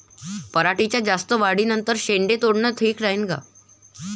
पराटीच्या जास्त वाढी नंतर शेंडे तोडनं ठीक राहीन का?